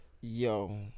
yo